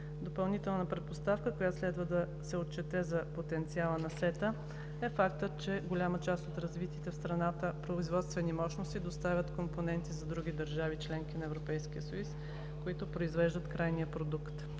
Допълнителна предпоставка, която следва да се отчете за потенциала на СЕТА, е фактът, че голяма част от развитите в страната производствени мощности доставят компоненти за други държави – членки на Европейския съюз, които произвеждат крайния продукт.